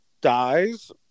dies